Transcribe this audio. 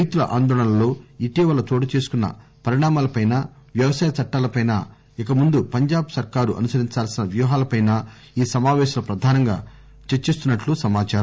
రైతుల ఆందోళనల్టో ఇటీవల చోటుచేసుకున్న పరిణామాలపైన వ్యవసాయ చట్టాలపై ఇక ముందు పంజాబ్ సర్కారు అనుసరించాల్సిన వ్యూహంపైన ఈ సమాపేశంలో ప్రధానంగా చర్చిస్తున్నట్లు సమాచారం